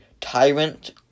tyrant